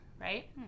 right